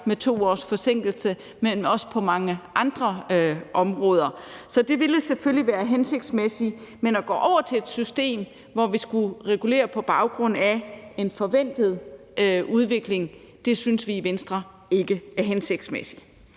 med 2 års forsinkelse, men også på mange andre områder. Så det ville selvfølgelig være hensigtsmæssigt at speede op, men at gå over til et system, hvor vi skulle regulere på baggrund af en forventet udvikling, synes vi i Venstre ikke er hensigtsmæssigt.